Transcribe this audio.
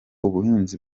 ubuhinzi